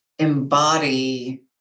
embody